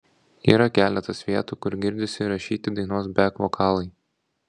yra keletas vietų kur girdisi įrašyti dainos bek vokalai